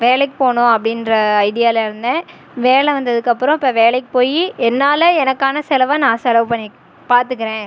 வேலைக்குப் போகணும் அப்படின்ற ஐடியாவில் இருந்தேன் வேலை வந்ததுக்கு அப்புறம் இப்போ வேலைக்குப் போய் என்னால் எனக்கான செலவை நான் செலவு பண்ணி பார்த்துக்குறேன்